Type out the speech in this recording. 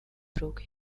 broke